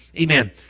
Amen